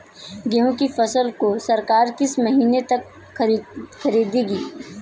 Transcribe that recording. गेहूँ की फसल को सरकार किस महीने तक खरीदेगी?